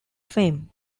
fame